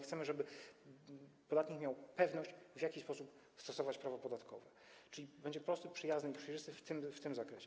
Chcemy, żeby podatnik miał pewność, w jaki sposób stosować prawo podatkowe, czyli system będzie prosty, przyjazny i przejrzysty w tym zakresie.